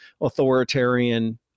authoritarian